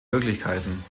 möglichkeiten